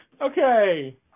okay